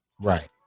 Right